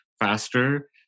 faster